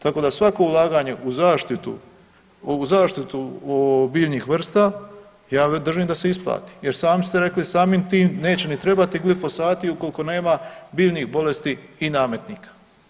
Tako da svako ulaganje u zaštitu, ovu zaštitu biljnih vrsta ja držim da se isplati jer sami ste rekli, samim tim neće ni trebati glifosati ukoliko nema biljnih bolesti i nametnika.